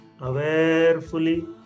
awarefully